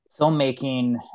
filmmaking